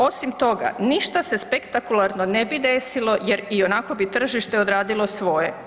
Osim toga, ništa se spektakularno ne bi desilo jer i onako bi tržište odradilo svoje.